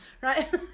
right